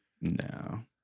No